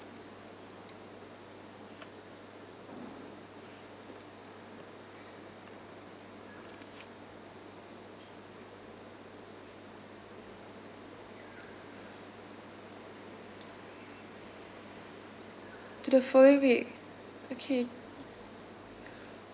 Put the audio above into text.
to the following week okay